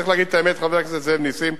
חבר הכנסת נסים,